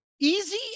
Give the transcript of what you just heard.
Easy